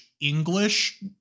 English